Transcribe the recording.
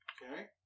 Okay